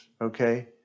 okay